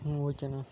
ஓகேண்ணா